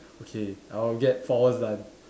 okay I will get four hours done